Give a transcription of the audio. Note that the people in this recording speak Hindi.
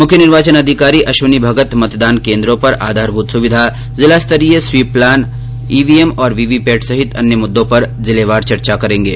मुख्य निर्वाचन अधिकारी अश्विनी भगत मतदान केन्द्रों पर आधारभूत सुविधा जिला स्तरीय स्वीप प्लान ईवीएम और वीवी पैट सहित अन्य मुद्दों पर जिलेवार चर्चा करेंगे